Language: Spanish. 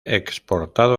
exportado